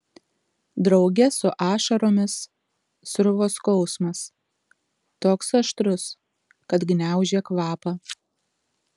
drauge su ašaromis sruvo skausmas toks aštrus kad gniaužė kvapą